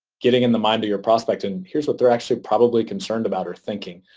getting in the mind of your prospects and here's what they're actually probably concerned about or thinking.